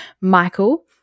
Michael